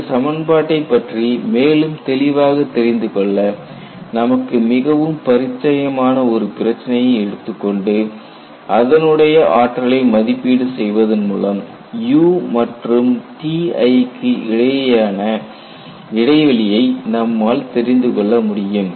இந்த சமன்பாட்டை பற்றி மேலும் தெளிவாக தெரிந்து கொள்ள நமக்கு மிகவும் பரிச்சயமான ஒரு பிரச்சனையை எடுத்துக்கொண்டு அதனுடைய ஆற்றலை மதிப்பீடு செய்வதன் மூலம் U மற்றும் Ti க்கு இடையேயான இடைவெளியை நம்மால் தெரிந்துகொள்ள முடியும்